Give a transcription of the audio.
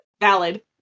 Valid